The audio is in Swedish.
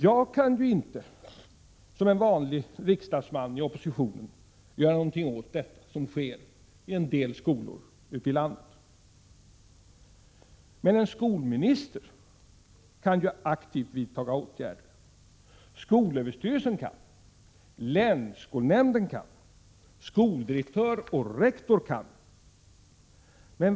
Jag kan inte, som en vanlig riksdagsman i opposition, göra någonting åt detta som sker i en del skolor ute i landet, men en skolminister kan aktivt vidta åtgärder, liksom skolöverstyrelsen, länsskolnämnden, skoldirektör och rektor kan.